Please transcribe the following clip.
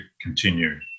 continue